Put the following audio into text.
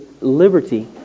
liberty